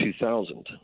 2000